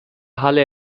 halle